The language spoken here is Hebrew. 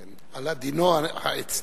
על עדינו העצני.